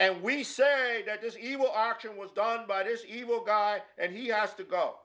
and we say that this is evil action was done by this evil guy and he has to go